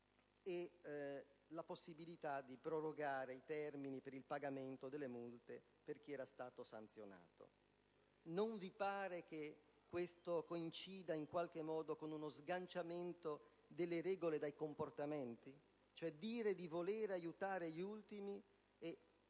e la possibilità di prorogare i termini per il pagamento delle multe per chi era stato sanzionato. Non vi pare che questo coincida in qualche modo con uno sganciamento delle regole dai comportamenti? Non è come dire di voler aiutare gli ultimi e